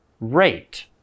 rate